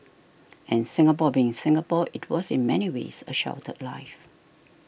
and Singapore being Singapore it was in many ways a sheltered life